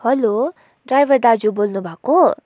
hello driver दाजु बोल्नुभएको